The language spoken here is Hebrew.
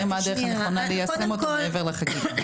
מה הדרך הנכונה ליישם אותו מעבר לחקיקה.